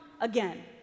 again